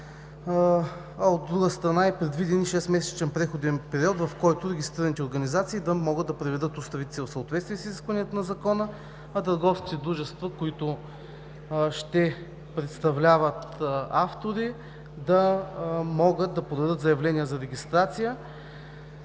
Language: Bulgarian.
От друга страна, е предвиден шестмесечен преходен период, в който регистрираните организации да могат да преведат уставите си в съответствие с изискванията на Закона, а търговските дружества, които ще представляват автори, да могат да подадат заявления за регистрация